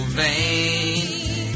vain